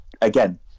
again